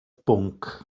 bwnc